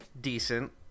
decent